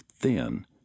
thin